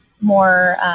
more